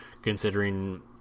Considering